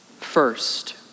first